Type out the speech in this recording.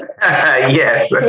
Yes